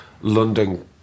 London